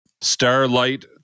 Starlight